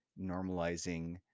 normalizing